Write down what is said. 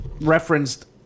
referenced